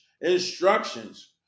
instructions